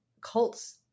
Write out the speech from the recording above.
cults